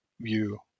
view